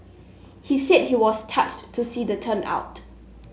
he said he was touched to see the turnout